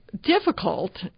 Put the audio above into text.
difficult